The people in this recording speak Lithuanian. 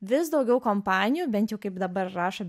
vis daugiau kompanijų bent jau kaip dabar rašo